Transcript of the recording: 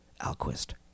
Alquist